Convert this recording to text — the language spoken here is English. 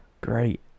Great